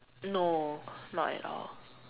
no not at all